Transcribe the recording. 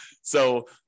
So-